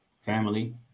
family